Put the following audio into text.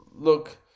Look